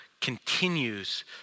continues